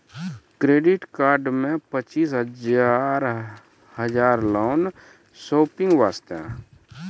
Credit card मे पचीस हजार हजार लोन शॉपिंग वस्ते?